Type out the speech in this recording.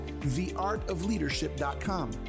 theartofleadership.com